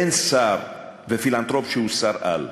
אין שר ופילנתרופ שהוא שר-על.